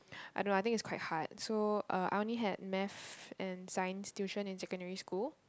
I don't know I think it's quite hard so uh I only had Math and science tuition in secondary school